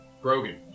Brogan